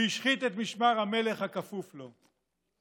והשחית את משמר המלך הכפוף לו.